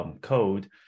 code